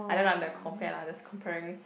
I don't know lah I'm like compare lah just comparing